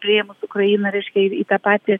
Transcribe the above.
priėmus ukrainą reiškia į į tą patį